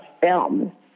film